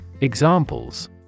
Examples